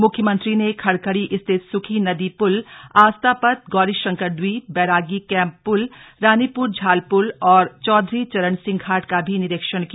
मुख्यमंत्री ने खड़खड़ी स्थित सुखी नदी पुल आस्था पथ गौरीशंकर द्वीप बैरागी कैम्प पुल रानीपुर झाल पुल और चौधरी चरण सिंह घाट का भी निरीक्षण किया